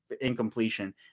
incompletion